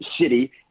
city